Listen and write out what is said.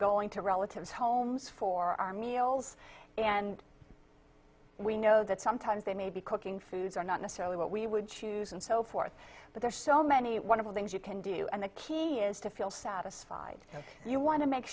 going to relatives homes for our meals and we know that sometimes they may be cooking food are not necessarily what we would choose and so forth but there are so many wonderful things you can do and the key is to feel satisfied you want to make